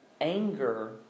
anger